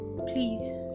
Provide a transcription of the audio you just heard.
Please